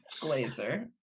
Glazer